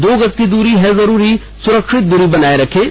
दो गज की दूरी है जरूरी सुरक्षित दूरी बनाए रखें